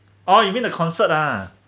oh you mean the concert ah